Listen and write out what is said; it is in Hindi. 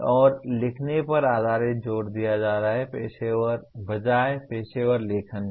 और लिखने पर अधिक जोर दिया जाना चाहिए बजाय पेशेवर लेखन के